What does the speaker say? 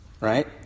right